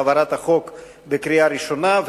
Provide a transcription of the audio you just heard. על העברת החוק בקריאה ראשונה,